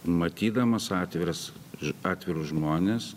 matydamas atviras ž atvirus žmones